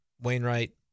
Wainwright